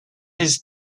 his